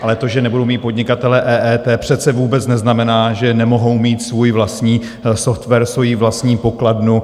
Ale to, že nebudou mít podnikatelé EET, přece vůbec neznamená, že nemohou mít svůj vlastní software, svoji vlastní pokladnu.